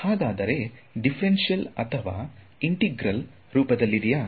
ಹಾಗಾದರೆ ಇದು ಡಿಫರೆನ್ಷಿಯಲ್ ಅಥವಾ ಇಂಟೆಗ್ರಾಲ್ ರೂಪದಲ್ಲಿದೆಯಾ